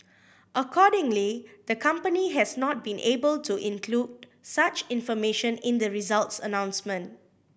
accordingly the company has not been able to include such information in the results announcement